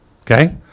okay